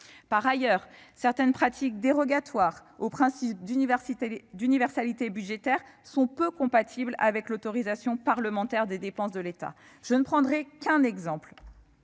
Par ailleurs, certaines pratiques, dérogatoires au principe d'universalité budgétaire, sont peu compatibles avec l'autorisation parlementaire des dépenses de l'État. Je ne prendrai qu'un exemple,